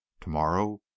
Tomorrow